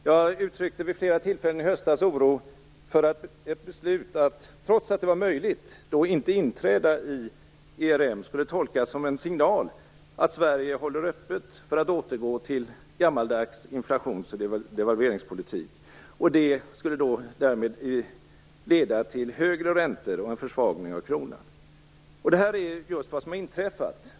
Jag uttryckte vid flera tillfällen i höstas oro för att ett beslut att, trots att det var möjligt, då inte inträda i ERM skulle tolkas som en signal att Sverige håller öppet för att återgå till gammaldags inflations och devalveringspolitik. Det skulle därmed leda till högre räntor och en försvagning av kronan. Det är just vad som har inträffat.